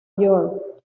york